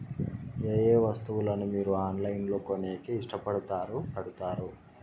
ఏయే వస్తువులను మీరు ఆన్లైన్ లో కొనేకి ఇష్టపడుతారు పడుతారు?